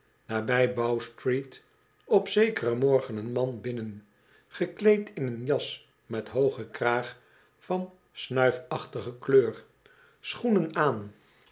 nabij bow-street op zekeren morgen een man binnen gekleed in een jas methoogen kraag van snuifachtige kleur schoenen aan